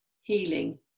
healing